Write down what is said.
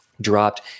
dropped